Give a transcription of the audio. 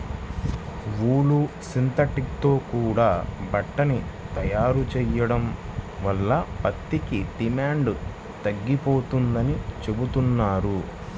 ఊలు, synthetic తో కూడా బట్టని తయారు చెయ్యడం వల్ల పత్తికి డిమాండు తగ్గిపోతందని చెబుతున్నారు